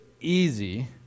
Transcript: easy